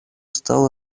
стал